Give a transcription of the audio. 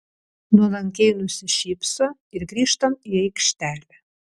nuolankiai nusišypso ir grįžtam į aikštelę